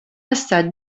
estat